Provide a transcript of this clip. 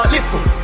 Listen